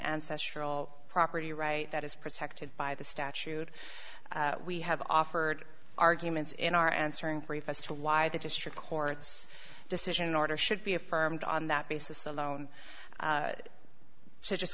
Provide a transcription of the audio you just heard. ancestral property right that is protected by the statute we have offered arguments in our answering brief as to why the district court's decision order should be affirmed on that basis alone to just